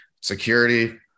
security